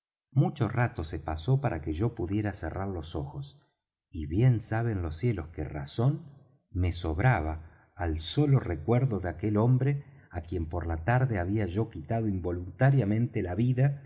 mucho rato se pasó para que yo pudiera cerrar los ojos y bien saben los cielos que razón me sobraba al solo recuerdo de aquel hombre á quien por la tarde había yo quitado involuntariamente la vida